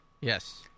Yes